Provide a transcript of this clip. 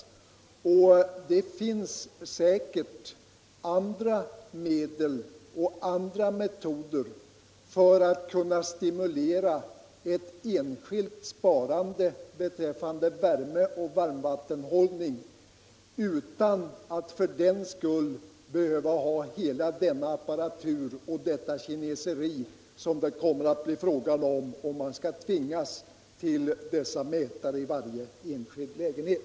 Det finns säkerligen andra medel och andra metoder som gör att man kan stimulera ett enskilt sparande beträffande värmeoch varmvattenhållning utan hela denna apparatur och detta kineseri som det kommer att bli fråga om, ifall man skall tvingas ha mätare i varje enskild lägenhet.